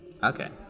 Okay